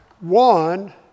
One